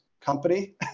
company